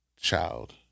child